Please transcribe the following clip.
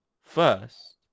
first